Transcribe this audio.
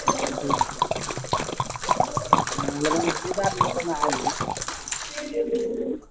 ठीक छै लगभग छओ सात बजे तकमे आबि जेबै